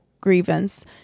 grievance